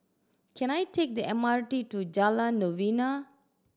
can I take the M R T to Jalan Novena